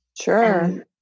Sure